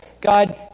God